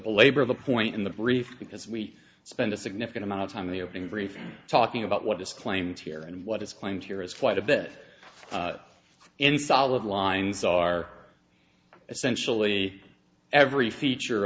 belabor the point in the brief because we spend a significant amount of time in the opening briefing talking about what is claimed here and what is claimed here is quite a bit any solid lines are essentially every feature